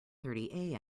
thirty